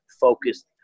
focused